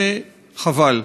וחבל.